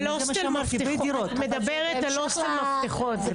את מדברת על הוסטל מפתחות.